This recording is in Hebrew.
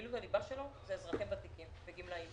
פעילות הליבה שלו זה אזרחים ותיקים וגמלאים.